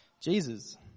Jesus